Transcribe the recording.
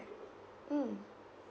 mm